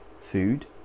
food